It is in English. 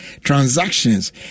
transactions